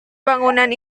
bangunan